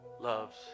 loves